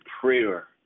prayer